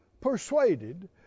persuaded